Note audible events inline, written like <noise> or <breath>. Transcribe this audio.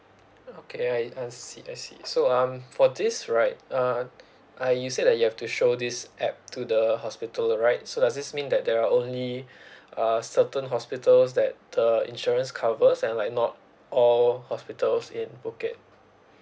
okay I I see I see so um for this right uh uh you said that you have to show this app to the hospital right so does this mean that there are only <breath> uh certain hospitals that the insurance covers and like not all hospitals in phuket